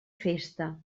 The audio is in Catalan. festa